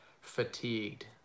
fatigued